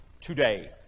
today